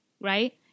right